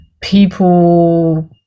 people